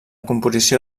composició